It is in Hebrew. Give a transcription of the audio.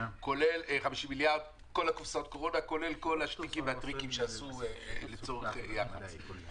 כולל כל השטיקים והטריקים שעשו לצורך יחסי ציבור.